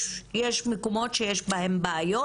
יש מקומות שיש בהם בעיות,